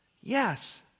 Yes